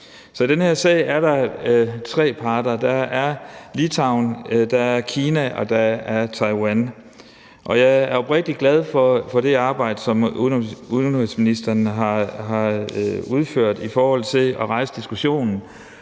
i den her sag er der tre parter. Der er Litauen, der er Kina, og der er Taiwan. Og jeg er oprigtig glad for det arbejde, som udenrigsministeren har udført i forhold til at rejse diskussionen,